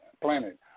planet